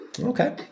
Okay